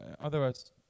otherwise